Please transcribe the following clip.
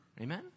Amen